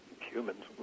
humans